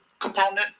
component